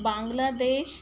Bangladesh